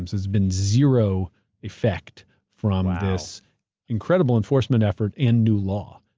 there's been zero effect from this incredible enforcement effort, and new law,